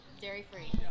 Dairy-free